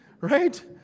right